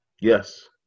Yes